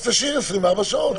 אז תשאיר 24 שעות.